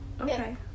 Okay